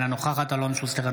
אינה נוכחת אלון שוסטר,